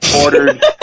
ordered